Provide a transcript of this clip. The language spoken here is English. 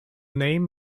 name